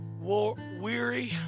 weary